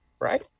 Right